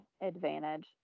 advantage